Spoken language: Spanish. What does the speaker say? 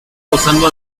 usando